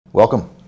Welcome